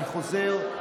אני חוזר.